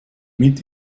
mit